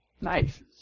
Nice